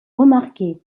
remarquées